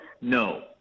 no